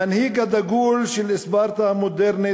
המנהיג הדגול של ספרטה המודרנית,